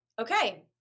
Okay